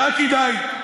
זה הכדאי.